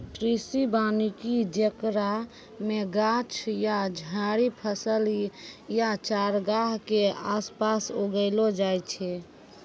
कृषि वानिकी जेकरा मे गाछ या झाड़ि फसल या चारगाह के आसपास उगैलो जाय छै